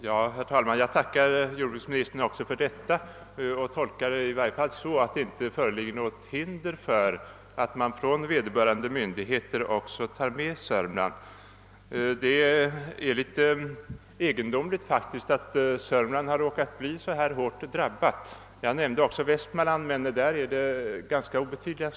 Herr talman! Jag tackar jordbruksministern också för detta svar och tolkar det så, att det inte föreligger något hinder för att vederbörande myndigheter också tar med Södermanland. Det är egendomligt att Södermanland råkat bli så här hårt drabbat. Jag nämnde också Västmanland, men där är skadorna ganska obetydliga.